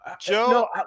Joe